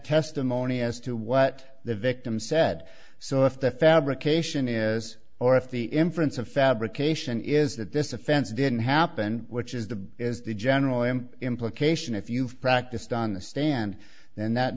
testimony as to what the victim said so if the fabrication is or if the inference of fabrication is that this offense didn't happen which is the is the general m implication if you've practiced on the stand then that